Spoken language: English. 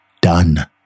done